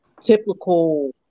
typical